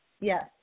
yes